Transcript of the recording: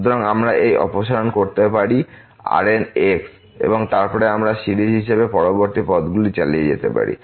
সুতরাং আমরা এই অপসারণ করতে পারি Rn এবং তারপরে আমরা সিরিজ হিসাবে পরবর্তী পদগুলি চালিয়ে যেতে পারি